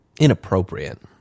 Inappropriate